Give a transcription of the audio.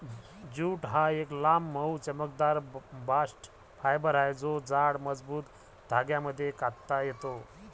jute हा एक लांब, मऊ, चमकदार बास्ट फायबर आहे जो जाड, मजबूत धाग्यांमध्ये कातता येतो